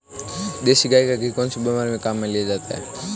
देसी गाय का घी कौनसी बीमारी में काम में लिया जाता है?